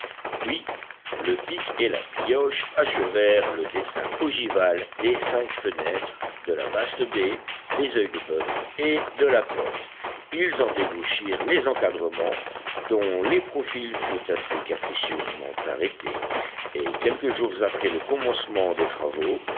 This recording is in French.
puis le pic et la pioche achevèrent le dessin ogival des cinq fenêtres de la vaste baie des oeils de boeuf et de la porte ils en dégauchirent les encadrements dont les profils furent assez capricieusement arrêtés et quelques jours après le commencement des travaux